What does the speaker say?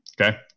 Okay